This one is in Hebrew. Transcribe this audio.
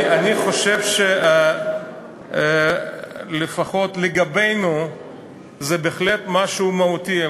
אני חושב שלפחות לגבינו זה בהחלט משהו מהותי,